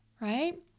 right